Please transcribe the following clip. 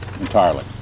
entirely